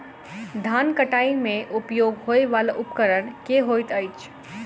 धान कटाई मे उपयोग होयवला उपकरण केँ होइत अछि?